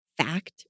fact